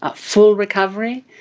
ah full recovery,